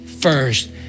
first